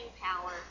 power